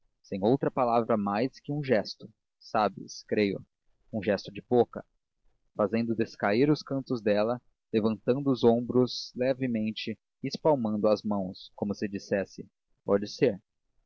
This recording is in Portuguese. sem outra palavra mais que um gesto sabes creio um gesto de boca fazendo descair os cantos dela levantando os ombros levemente e espalmando as mãos como se dissesse enfim pode ser